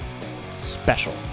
special